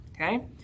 Okay